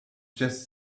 just